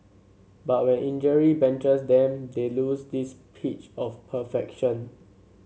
but when injury benches them they lose this pitch of perfection